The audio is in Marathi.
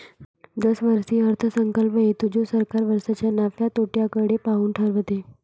दरवर्षी अर्थसंकल्प येतो जो सरकार वर्षाच्या नफ्या तोट्याकडे पाहून ठरवते